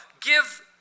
give